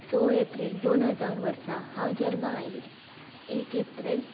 स एप्रील दोन हजार वर्सां हांव जल्माक आयल्लें एक एप्रील